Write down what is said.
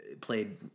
played